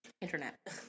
Internet